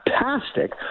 fantastic